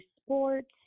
sports